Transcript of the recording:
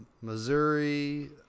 Missouri